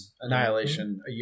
annihilation